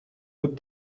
بود